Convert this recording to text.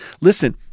Listen